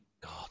God